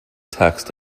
text